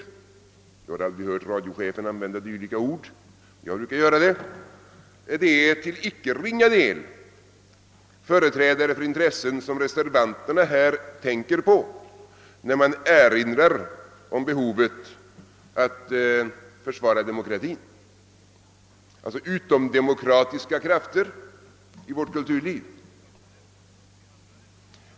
Jag har aldrig hört radiochefen använda detta ord, men jag brukar göra det. Det är till icke ringa del företrädare för dessa riktningar som reservanterna tänker på när de erinrar om behovet att försvara demokratin, alltså mot utomdemokratiska krafter i vårt kulturliv.